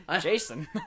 Jason